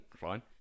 fine